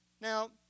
Now